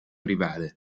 rivale